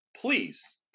Please